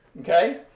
okay